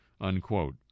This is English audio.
unquote